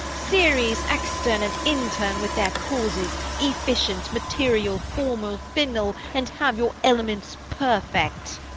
series, extern and intern, with their causes, efficient, material, formal, final, and have your elements perfect.